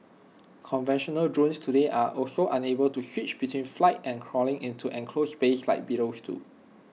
conventional drones today are also unable to switch between flight and crawling into enclosed spaces like beetles do